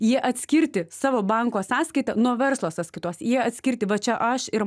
jie atskirti savo banko sąskaitą nuo verslo sąskaitos jie atskirti va čia aš ir